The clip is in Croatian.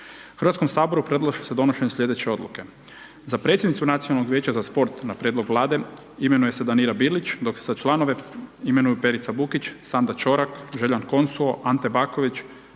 u Zagrebu. HS predlaže se donošenje sljedeće odluke. Za predsjednicu Nacionalnog vijeća za sport na prijedlog Vlade, imenuje se Danira Bilić, dok se članovi imenuju Perica Bukić, Sanda Čorak, Željan Konsuo, Ante Baković,